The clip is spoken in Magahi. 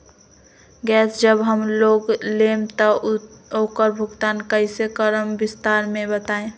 गैस जब हम लोग लेम त उकर भुगतान कइसे करम विस्तार मे बताई?